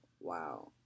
Wow